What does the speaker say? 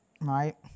right